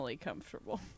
comfortable